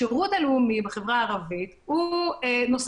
השירות הלאומי בחברה הערבית הוא נושא